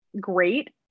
great